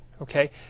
okay